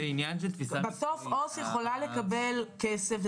בסוף עו"ס יכולה לקבל כסף,